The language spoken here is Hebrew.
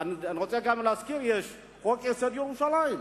אני רוצה גם להזכיר שיש חוק-יסוד: ירושלים,